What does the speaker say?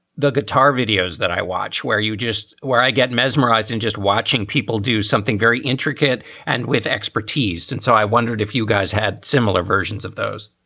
the guitar videos that i watch where you just where i get mesmerized and just watching people do something very intricate and with expertise. and so i wondered if you guys had similar versions of those